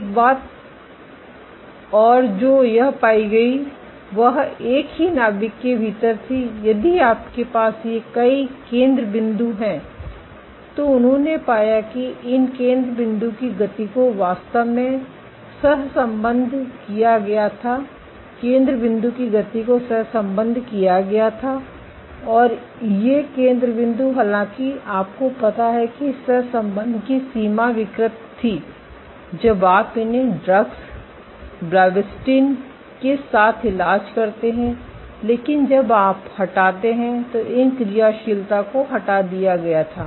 एक और बात जो यह पाई गई वह एक ही नाभिक के भीतर थी यदि आपके पास ये कई केंद्र बिन्दु हैं तो उन्होंने पाया कि इन केंद्र बिन्दु की गति को वास्तव में सहसंबद्ध किया गया था केंद्र बिन्दु की गति को सहसंबद्ध किया गया था और ये केंद्र बिन्दु हालांकि आपको पता है कि सहसंबंध की सीमा विकृत थी जब आप उन्हें ड्रग्स ब्लॉबस्टैटिन संदर्भ समय 2621 के साथ इलाज करते हैं लेकिन जब आप हटाते हैं तो इन क्रियाशीलता को हटा दिया गया था